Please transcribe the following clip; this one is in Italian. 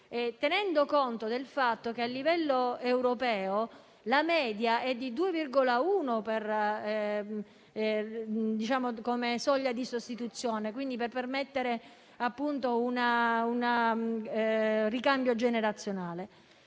tenendo conto del fatto che, a livello europeo, la media è di 2,1 come soglia di sostituzione, per permettere appunto un ricambio generazionale.